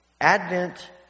Advent